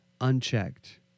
unchecked